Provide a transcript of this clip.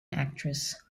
actress